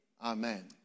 Amen